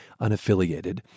unaffiliated